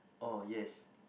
oh yes